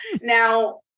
Now